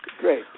Great